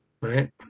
right